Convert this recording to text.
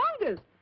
longest